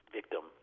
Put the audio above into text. victim